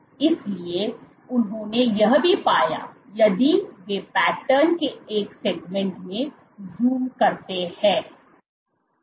इसलिए उन्होंने यह भी पाया यदि वे पैटर्न के एक सेगमेंट में ज़ूम करते हैं